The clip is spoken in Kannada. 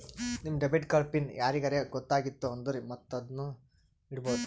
ನಿಮ್ ಡೆಬಿಟ್ ಕಾರ್ಡ್ ಪಿನ್ ಯಾರಿಗರೇ ಗೊತ್ತಾಗಿತ್ತು ಅಂದುರ್ ಮತ್ತೊಂದ್ನು ಇಡ್ಬೋದು